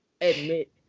admit